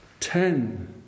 Ten